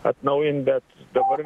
atnaujint bet dabar